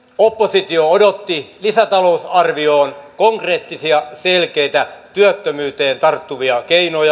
oppositio odotti lisätalousarvioon konkreettisia selkeitä työttömyyteen tarttuvia keinoja